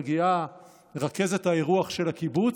ומגיעה רכזת האירוח של הקיבוץ,